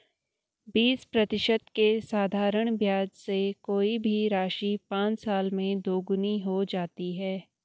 बीस प्रतिशत के साधारण ब्याज से कोई भी राशि पाँच साल में दोगुनी हो जाती है